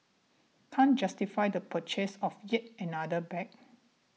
can't justify the purchase of yet another bag